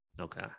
Okay